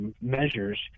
measures